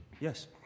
Yes